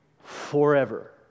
forever